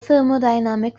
thermodynamic